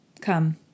Come